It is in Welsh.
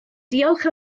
diolch